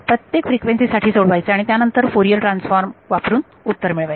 प्रत्येक फ्रिक्वेन्सी साठी सोडवायचे आणि त्यानंतर फोरियर ट्रांसफॉर्म वापरून उत्तर मिळवा